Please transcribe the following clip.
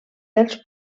dels